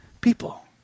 people